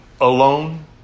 alone